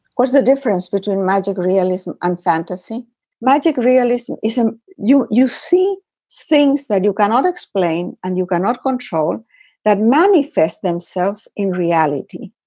what is the difference between magic realism and fantasy magic realism? you you see things that you cannot explain and you cannot control that manifest themselves. in reality.